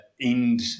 end